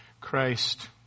Christ